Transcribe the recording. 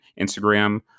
Instagram